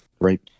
right